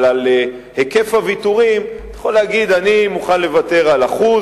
אבל על היקף הוויתורים אתה יכול להגיד: אני מוכן לוותר על 1%,